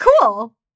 Cool